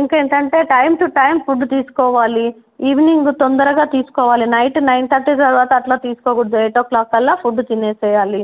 ఇంక ఏమిటి అంటే టైం టు టైం ఫుడ్ తీసుకోవాలి ఈవినింగ్ తొందరగా తీసుకోవాలి నైట్ నైన్ థర్టీ తర్వాత అట్లా తీసుకోకూడదు ఎయిట్ ఓ క్లాక్ కల్లా ఫుడ్ తినేసేయాలి